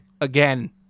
again